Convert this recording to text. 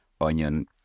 onion